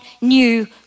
new